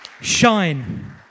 Shine